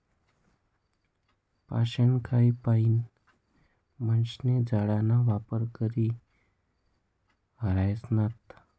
पाषाणकाय पाईन माणशे जाळाना वापर करी ह्रायनात